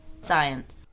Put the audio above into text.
science